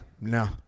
no